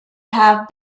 have